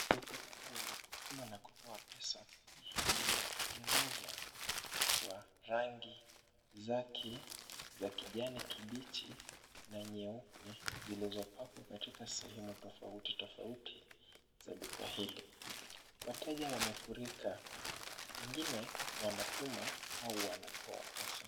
Duka kubwa la kutuma na kutoa pesa linapendeza kwa rangi zake za kijani kibichi na nyeupe zilizopakwa katika sehemu tofauti tofauti za duka hilo. Wateja wamefurika wengine wanatuma au wanatoa pesa.